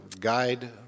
guide